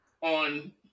on